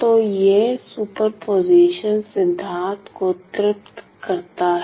तो यह है सुपरपोजिशन सिद्धांत को तृप्त करता है